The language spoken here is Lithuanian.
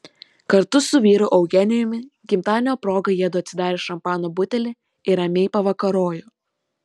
kartu su vyru eugenijumi gimtadienio proga jiedu atsidarė šampano butelį ir ramiai pavakarojo